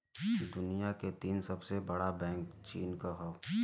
दुनिया के तीन सबसे बड़ा बैंक चीन क हौ